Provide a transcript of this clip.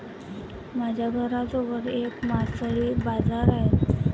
माझ्या घराजवळ एक मासळी बाजार आहे